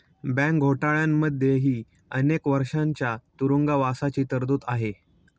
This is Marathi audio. बँक घोटाळ्यांमध्येही अनेक वर्षांच्या तुरुंगवासाची तरतूद आहे